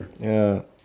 ya